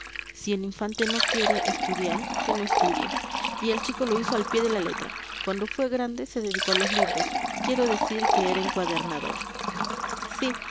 si el infante no quiere estudiar que no estudie y el chico lo hizo al pie de la letra cuando fue grande se dedicó a los libros quiero decir que era encuadernador sí